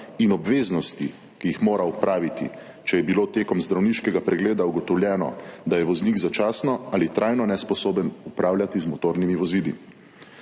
in obveznosti, ki jih mora opraviti, če je bilo med zdravniškim pregledom ugotovljeno, da je voznik začasno ali trajno nesposoben upravljati z motornimi vozili.